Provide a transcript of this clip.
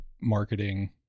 marketing